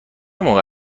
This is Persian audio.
موقع